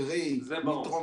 קרי --- זה ברור.